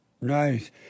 Nice